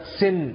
sin